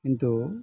କିନ୍ତୁ